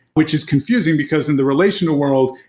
which is confusing, because in the relational world,